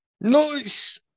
Nice